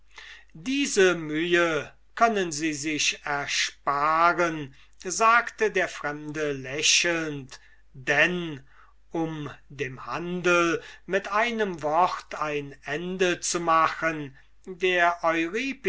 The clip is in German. die mühe können sie sich ersparen sagte der fremde lächelnd denn um dem handel mit einem wort ein ende zu machen der